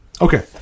Okay